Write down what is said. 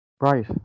Right